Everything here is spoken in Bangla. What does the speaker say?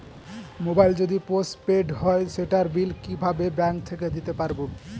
মোবাইল যদি পোসট পেইড হয় সেটার বিল কিভাবে ব্যাংক থেকে দিতে পারব?